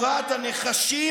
לפי דעתי צריך,